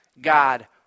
God